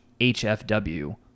HFW